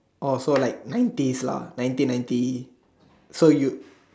oh so like nineties lah nineteen ninety so you